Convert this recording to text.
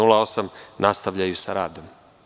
08, nastavljaju sa radom“